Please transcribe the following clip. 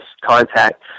contact